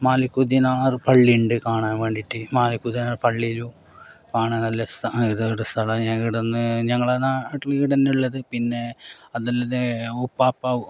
മാലിക്കു ദീനാർ പള്ളിയുണ്ട് കാണാൻ വേണ്ടിയിട്ട് മാലിക് ദീനാർ പള്ളിയിലും കാണാൻ നല്ല ഇത് സ്ഥലാ ഇട്ന്ന് ഞങ്ങളുടെ നാട്ടിൽ ഈടാനുള്ളത് പിന്നെ അതല്ലാതെ ഊപ്പാപ്പ